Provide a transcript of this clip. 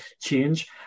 change